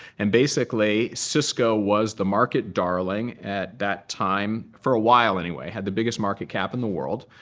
and basically, cisco was the market darling at that time for a while anyway had the biggest market cap in the world.